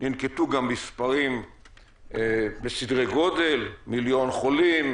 ננקטו גם מספרים וסדרי גודל מיליון חולים,